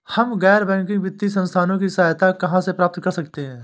हम गैर बैंकिंग वित्तीय संस्थानों की सहायता कहाँ से प्राप्त कर सकते हैं?